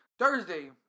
Thursday